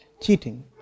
cheating